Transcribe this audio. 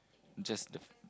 just the